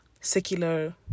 secular